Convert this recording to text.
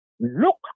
look